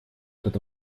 этот